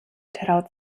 traut